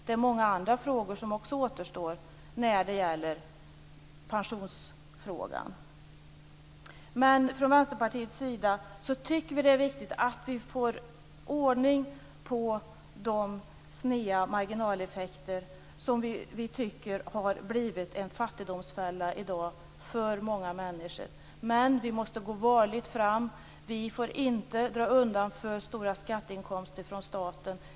Det är många andra frågor som också återstår när det gäller pensionerna. Från Vänsterpartiets sida tycker vi att det är viktigt att vi får ordning på de sneda marginaleffekter som vi tycker har blivit en fattigdomsfälla i dag för många människor. Men vi måste gå varligt fram. Vi får inte dra undan för stora skatteinkomster från staten.